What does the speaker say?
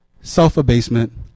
self-abasement